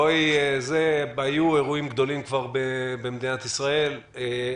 בואי, היו אירועים גדולים כבר במדינת ישראל.